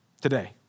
today